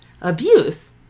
abuse